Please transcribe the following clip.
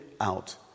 out